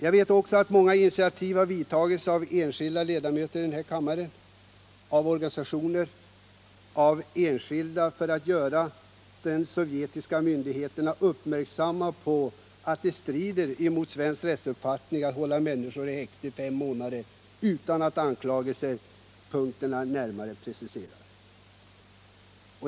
Jag vet också att många initiativ vidtagits av enskilda ledamöter av denna kammare och av organisationer och enskilda för att göra de sovjetiska myndigheterna uppmärksamma på att det strider mot svensk rättsuppfattning att hålla människor i häkte i fem månader utan att anklagelsepunkterna närmare preciseras.